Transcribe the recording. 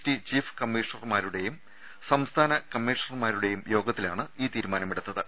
T chief കമ്മീഷണർമാരുടെയും സംസ്ഥാന കമ്മീഷണർമാരുടെയും യോഗ ത്തിലാണ് ഈ തീരുമാനമെടുത്തത്